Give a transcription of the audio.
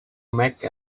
make